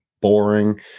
boring